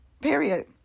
period